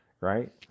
right